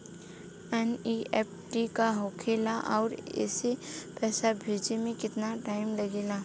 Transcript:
NEFT का होखे ला आउर एसे पैसा भेजे मे केतना टाइम लागेला?